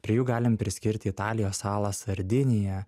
prie jų galim priskirti italijos salą sardiniją